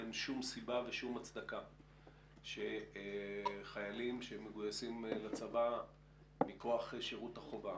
אין שום סיבה ושום הצדקה שחיילים שמגויסים לצבא מכוח שירות החובה,